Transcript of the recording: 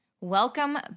welcome